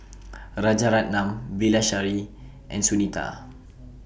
Rajaratnam Bilahari and Sunita